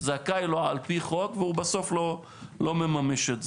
זכאי לו על פי חוק, והוא בסוף לא מממש את זה.